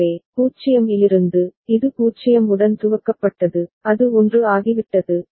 எனவே 0 இலிருந்து இது 0 உடன் துவக்கப்பட்டது அது 1 ஆகிவிட்டது